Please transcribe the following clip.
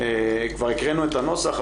כבר הקראנו את הנוסח,